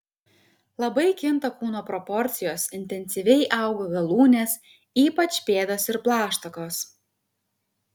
labai kinta kūno proporcijos intensyviai auga galūnės ypač pėdos ir plaštakos